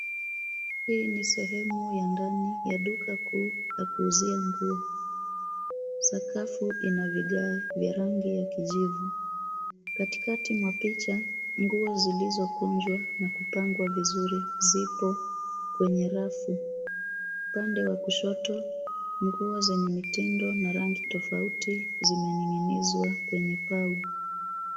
Hii ni sehemu ya ndani ya duka kuu ya kuuzia nguo. Sakafu ina vigae vya rangi ya kijivu. Katikati mwa picha, nguo zilizokunjwa na kupangwa vizuri zipo kwenye rafu. Upande wa kushoto nguo zenye mitindo na rangi tofauti zimening'inizwa kwenye pau.